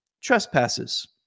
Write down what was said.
trespasses